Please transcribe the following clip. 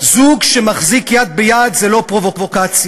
זוג שמחזיק יד ביד זה לא פרובוקציה.